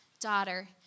Daughter